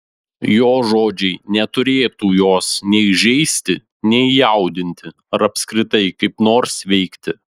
jo žodžiai neturėtų jos nei žeisti nei jaudinti ar apskritai kaip nors veikti